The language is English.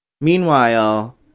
Meanwhile